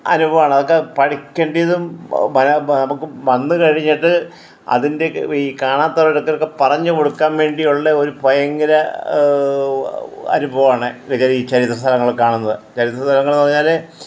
അനുഭവമാണ് അതൊക്കെ പഠിക്കേണ്ടതും നമുക്ക് വന്നു കഴിഞ്ഞിട്ട് അതിൻ്റെ ഈ കാണാത്തവരോടൊക്കെ പറഞ്ഞു കൊടുക്കാൻ വേണ്ടിയുള്ള ഒരു ഭയങ്കര അനുഭവമാണ് ഈ ചരിത്ര സ്ഥലങ്ങൾ കാണുന്നത് ചരിത്ര സ്ഥലങ്ങള് എന്ന് പറഞ്ഞാല്